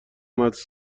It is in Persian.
مدرسه